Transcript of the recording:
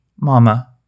Mama